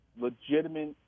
legitimate